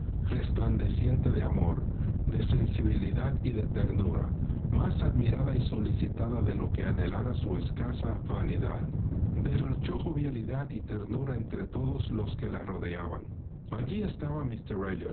resplandeciente de amor de sensibilidad y de ventura más admirada y solicitada de lo que anhelara su escasa vanidad derrochó jovialidad y ternura entre todos los que la rodeaban allí estaba